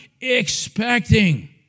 expecting